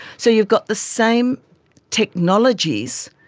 so you've got the same technologies,